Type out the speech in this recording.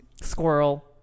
Squirrel